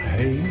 Hey